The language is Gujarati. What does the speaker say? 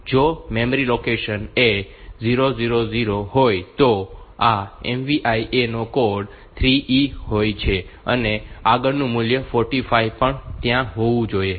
જો મેમરી લોકેશન A 0 0 0 હોય તો આ MVI A નો કોડ 3E હોય છે અને આગળનું મૂલ્ય 45 પણ ત્યાં હોવું જોઈએ